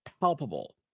palpable